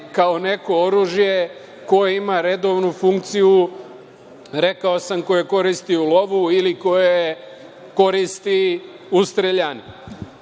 kao neko oružje koje ima redovnu funkciju, rekao sam, koje koristi u lovu ili koje koristi u streljani.